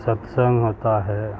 ستسنگ ہوتا ہے